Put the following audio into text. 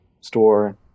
store